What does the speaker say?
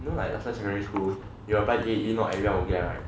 you know like last time secondary school you apply A_E not everyone will get right ya